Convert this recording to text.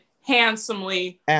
handsomely